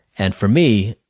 and for me,